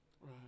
right